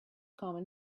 common